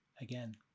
again